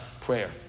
Prayer